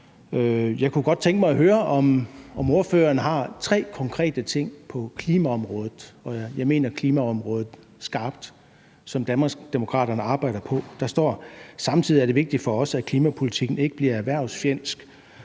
Jeg kunne godt tænke mig at høre, om ordføreren har tre konkrete ting på klimaområdet – og jeg mener klimaområdet skarpt – som Danmarksdemokraterne arbejder på. Der står: »Samtidig er det vigtigt for os, at klimapolitikken ikke bliver erhvervsfjendsk.«